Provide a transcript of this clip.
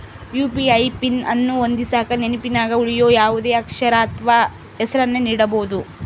UPI PIN ಅನ್ನು ಹೊಂದಿಸಕ ನೆನಪಿನಗ ಉಳಿಯೋ ಯಾವುದೇ ಅಕ್ಷರ ಅಥ್ವ ಹೆಸರನ್ನ ನೀಡಬೋದು